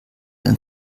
ein